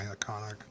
iconic